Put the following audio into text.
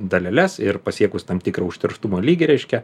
daleles ir pasiekus tam tikrą užterštumo lygį reiškia